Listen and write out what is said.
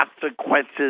consequences